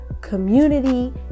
community